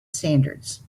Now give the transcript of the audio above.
standards